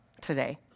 today